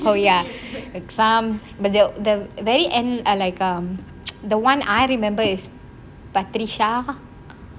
oh ya like some but the the very end err like err the one I remember is badrisha